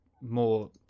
more